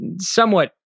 somewhat